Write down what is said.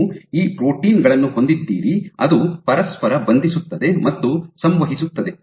ನೀವು ಈ ಪ್ರೋಟೀನ್ ಗಳನ್ನು ಹೊಂದಿದ್ದೀರಿ ಅದು ಪರಸ್ಪರ ಬಂಧಿಸುತ್ತದೆ ಮತ್ತು ಸಂವಹಿಸುತ್ತದೆ